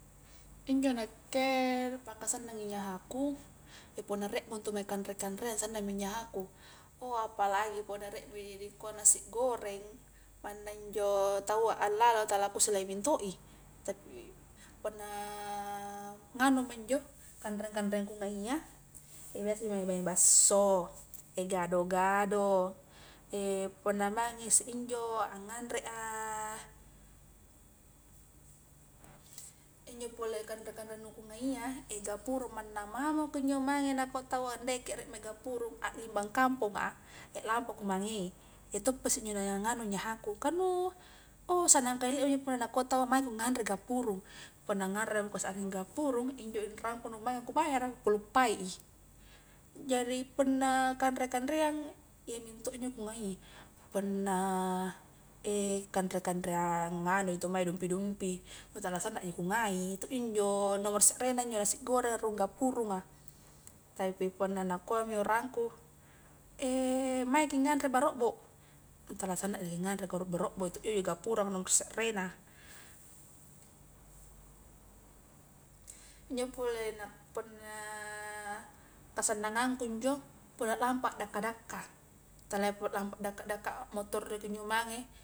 Injo nakke pakasannangi nyahaku, e punna rie mo ntu mae kanre-kanreang sannangmi nyahaku, oh apalagi punna rie mi dikua nasi goreng manna njo taua alalo tala kusalai mintoi, tapi punna nganuma njo kanre-kanreang kungai a biasa injo mae basso, gado-gado, punna mangi isse injo anganre a, injo pole kanre-kare nu kungai ia, eh gapurung, manna mamo kunjo mange nakua taua ndeke rie mae gapurung, a limbang kamponga a, e lampa kumange i, iyatoppasi njo na nganu nyahaku kah nu oh sannang punna nakua taua maeko nagnre gapurung, punna nganrema kusarring gapurung injo inrangku nu maenga kubayara ku kaluppai i, jari punna kanre-kanreang iya minto injo kungai, punna kanre-kanreang anu intu mae dumpi-dumpi nu tala sannaji kungai, iya to ji njo nomor serena njo nasi gorenga rung gapurunga, tapi punna nauami urangku maeki nganre barobbo, nu tala sannaja garobbo gapurunga nomor serrena, injo pole na punna kasannangagku njo punna lampa a dakka-dakka, tala pole lampa dakka-dakka motorri injo mange.